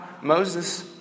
Moses